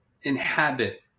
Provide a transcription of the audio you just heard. inhabit